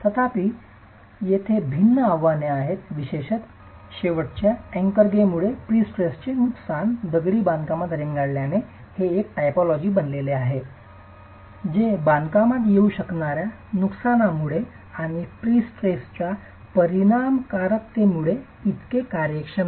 तथापि तेथे भिन्न आव्हाने आहेत विशेषत शेवटच्या अँकरगेमुळे प्रीस्ट्रेस्डचे नुकसान दगडी बांधकामात रेंगाळल्याने हे एक टायपोलॉजी बनले आहे जे बांधकामात येऊ शकणार्या नुकसानामुळे आणि प्रीस्ट्रेसच्या परिणामकारकतेमुळे इतके कार्यक्षम नाही